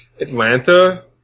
Atlanta